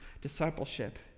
discipleship